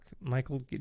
Michael